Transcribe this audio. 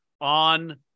on